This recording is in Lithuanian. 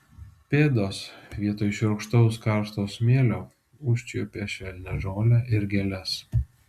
pėdos vietoj šiurkštaus karšto smėlio užčiuopė švelnią žolę ir gėles